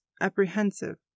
apprehensive